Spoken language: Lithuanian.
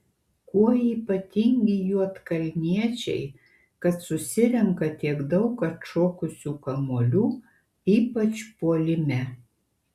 kuo ypatingi juodkalniečiai kad susirenka tiek daug atšokusių kamuolių ypač puolime